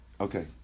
Okay